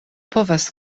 povas